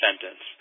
sentence